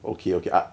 okay okay